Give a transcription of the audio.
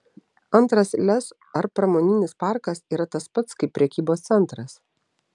antras lez ar pramoninis parkas yra tas pats kaip prekybos centras